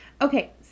Okay